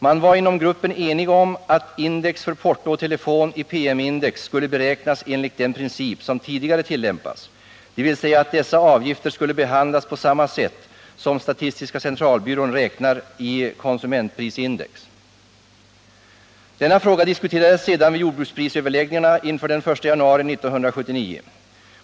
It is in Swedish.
Man var inom gruppen enig om att index för porto och telefon i PM-index skulle beräknas enligt den princip som tidigare tillämpats, dvs. att dessa avgifter skulle behandlas på samma sätt som statistiska centralbyrån räknar i konsumentprisindex. Denna fråga diskuterades sedan vid jordbruksprisöverläggningarna inför den 1 januari 1979.